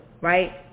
right